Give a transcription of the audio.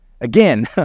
Again